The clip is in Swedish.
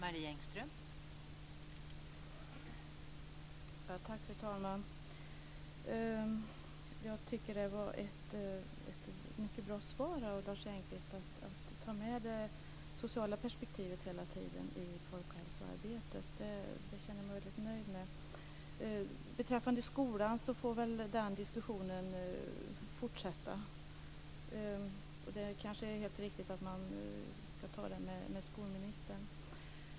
Fru talman! Det var mycket bra att Lars Engqvist i svaret hela tiden tog med det sociala perspektivet i folkhälsoarbetet. Det känner jag mig väldigt nöjd med. Beträffande skolan får den diskussionen fortsätta. Det kanske är helt riktigt att man ska ta den med skolministern.